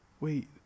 wait